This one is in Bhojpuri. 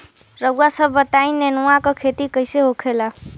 रउआ सभ बताई नेनुआ क खेती कईसे होखेला?